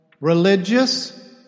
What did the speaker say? religious